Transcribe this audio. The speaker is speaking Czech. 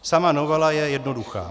Sama novela je jednoduchá.